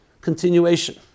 continuation